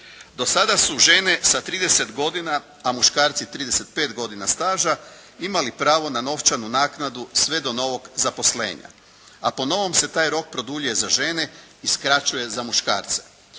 Do sada su žene sa 30 godina a muškarci 35 godina staža imali pravo na novčanu naknadu sve do novog zaposlenja. A po novom se taj rok produljuje za žene i skraćuje za muškarce.